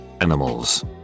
animals